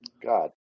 god